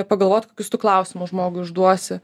pagalvot kokius tų klausimų žmogui užduosi